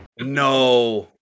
No